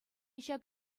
ҫак